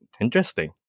interesting